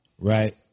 right